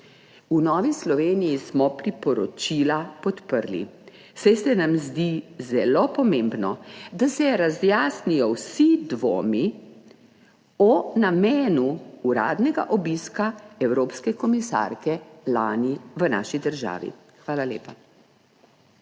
V Novi Sloveniji smo priporočila podprli, saj se nam zdi zelo pomembno, da se razjasnijo vsi dvomi o namenu uradnega obiska evropske komisarke lani v naši državi. Hvala lepa.